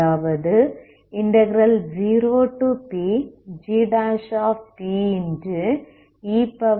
அதாவது 0pgp